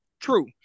True